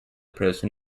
person